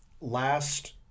last